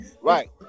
right